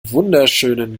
wunderschönen